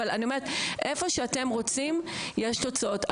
אבל אני אומרת: איפה שאתם רוצים יש תוצאות.